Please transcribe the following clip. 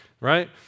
right